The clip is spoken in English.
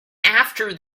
after